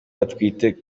atwite